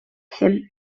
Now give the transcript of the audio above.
him